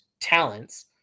talents